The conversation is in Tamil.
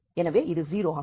எனவே இது 0 ஆகும்